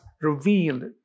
revealed